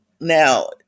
now